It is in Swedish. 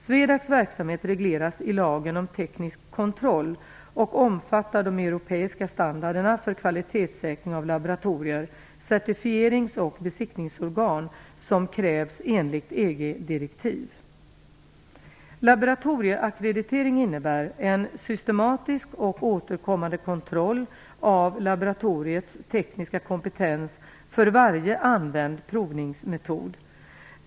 SWEDAC:s verksamhet regleras i lagen om teknisk kontroll och omfattar de europeiska standarderna för kvalitetssäkring av laboratorier, certifierings och besiktningsorgan som krävs enligt EG direktiv. Laboratorieackreditering innebär en systematisk och återkommande kontroll av laboratoriets tekniska kompetens för varje använd provningsmetod.